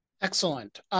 Excellent